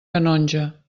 canonja